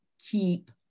keep